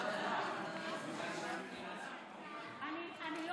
אני לא